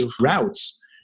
routes